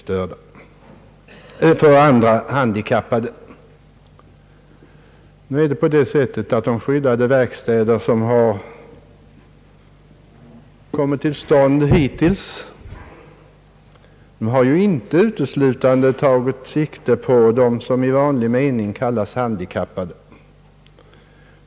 De skyddade verkstäder som har kommit till stånd hittills har ju inte uteslutande tagit sikte på dem som i vanlig mening kallas handikappade.